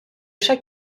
chat